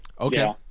Okay